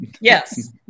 yes